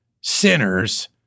sinners